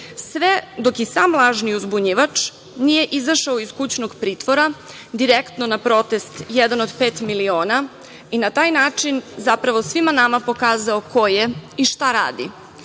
Sve dok i sam lažni uzbunjivač nije izašao iz kućnog pritvora direktno na protest „jedan od pet miliona“ i na taj način zapravo svima nama pokazao ko je i šta radi.